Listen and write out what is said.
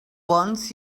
wants